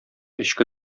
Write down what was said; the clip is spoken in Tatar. эчке